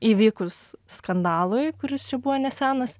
įvykus skandalui kuris čia buvo nesenas